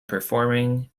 performing